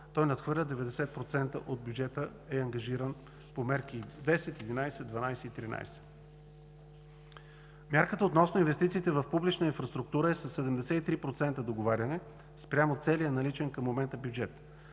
ос, над 90% от бюджета е ангажиран по мерки 10, 11, 12 и 13. Мярката относно инвестициите в публична инфраструктура е със 73% договаряне спрямо целия наличен към момента бюджет,